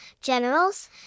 generals